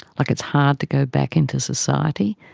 like it's hard to go back into society